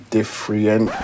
Different